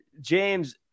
james